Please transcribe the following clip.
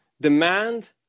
demand